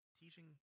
teaching